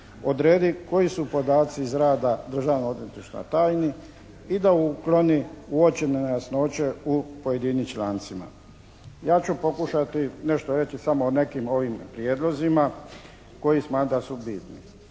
odredi koji su podaci iz rada Državnog odvjetništva tajni i da ukloni uočene nejasnoće u pojedinim člancima. Ja ću pokušati nešto reći samo o nekim ovim prijedlozima koji smatram da su bitni.